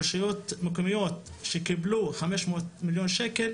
רשויות מקומיות שקיבלו 500,000,000 ₪,